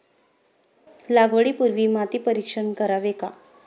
लागवडी पूर्वी माती परीक्षण करावे का?